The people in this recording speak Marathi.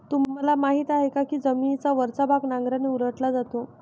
तुम्हाला माहीत आहे का की जमिनीचा वरचा भाग नांगराने उलटला जातो?